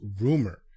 rumor